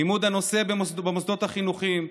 לימוד הנושא במוסדות החינוכיים,